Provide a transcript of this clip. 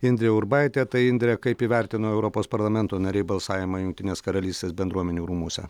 indrė urbaitė tai indre kaip įvertino europos parlamento nariai balsavimą jungtinės karalystės bendruomenių rūmuose